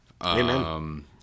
Amen